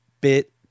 bit